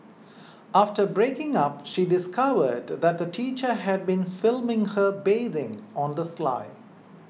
after breaking up she discovered that the teacher had been filming her bathing on the sly